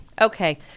Okay